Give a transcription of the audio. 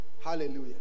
Hallelujah